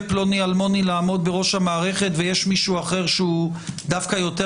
פלוני אלמוני שיעמוד בראש המערכת ויש מישהו אחר שהוא דווקא יותר